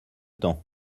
temps